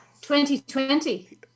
2020